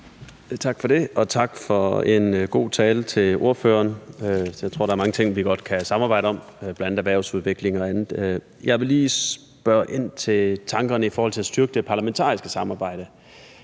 Tak for det, og tak til ordføreren for en god tale. Jeg tror, der er mange ting, vi godt kan samarbejde om, bl.a. erhvervsudvikling og andet. Jeg vil lige spørge ind til tankerne i forhold til at styrke det parlamentariske samarbejde: